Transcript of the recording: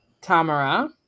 Tamara